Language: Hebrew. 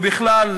ובכלל,